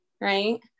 right